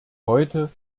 heute